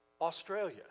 Australia